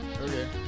okay